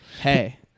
Hey